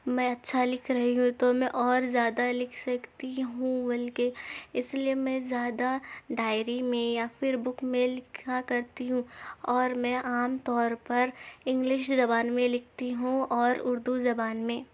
میں اچھا لکھ رہی ہوں تو میں اور زیادہ لکھ سکتی ہوں بلکہ اس لیے میں زیادہ ڈائری میں یا پھر بک میں لکھا کرتی ہوں اور میں عام طور پر انگلش زبان میں لکھتی ہوں اور اردو زبان میں